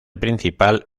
principal